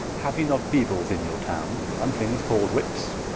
haue you not beadles in your towne, and things call'd whippes?